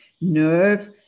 nerve